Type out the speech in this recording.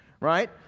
right